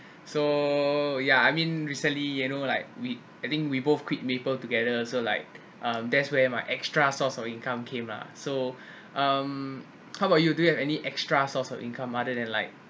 so yeah I mean recently you know like we I think we both quit maple together so like um that's where my extra source of income came lah so um how about you do you have any extra source of income other than like